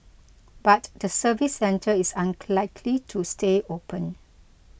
but the service centre is likely to stay open